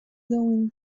going